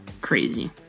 Crazy